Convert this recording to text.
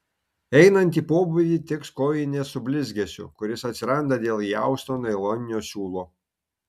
einant į pobūvį tiks kojinės su blizgesiu kuris atsiranda dėl įausto nailoninio siūlo